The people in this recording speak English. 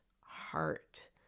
heart